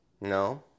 No